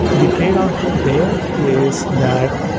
the trade-off there is that,